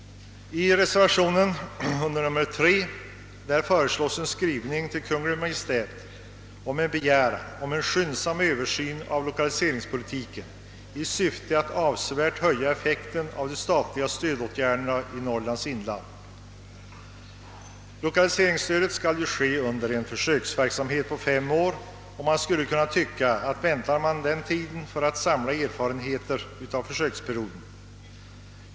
I reservationen 3 föreslås en skrivelse till Kungl. Maj:t med begäran om »en skyndsam översyn av lokaliseringspolitiken i syfte att avsevärt höja effekten av de statliga stödåtgärderna i Norrlands inland». Lokaliseringsstödet skall ju utgå på försök i fem år och man kan kanske tycka att man skulle kunna vänta denna tid för att samla erfarenheter.